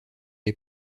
les